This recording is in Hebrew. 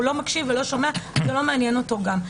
והסוהר לא מקשיב ולא שומע וזה גם לא מעניין אותו.